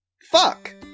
Fuck